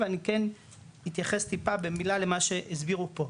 אבל אני כן אתייחס במילה על מה שהסבירו פה,